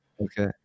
Okay